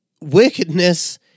Wickedness